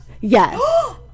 yes